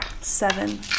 Seven